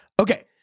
okay